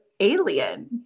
alien